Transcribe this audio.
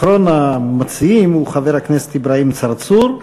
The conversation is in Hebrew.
אחרון המציעים הוא חבר הכנסת אברהים צרצור.